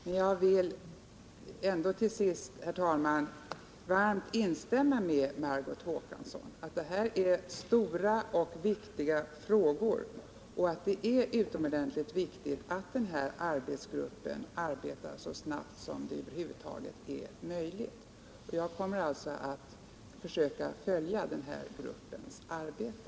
Men jag vill ändå till sist, herr talman, varmt instämma med Margot Håkansson i att det här är stora och väsentliga frågor och att det är utomordentligt viktigt att arbetsgruppen arbetar så snabbt som det över huvud taget är möjligt. Jag kommer alltså att försöka följa gruppens arbete.